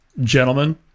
Gentlemen